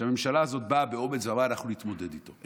שהממשלה הזאת באה באומץ ואמרה: אנחנו נתמודד איתו,